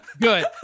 good